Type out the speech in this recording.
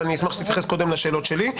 אבל אני אשמח שתתייחס קודם לשאלות שלי.